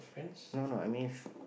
no no I mean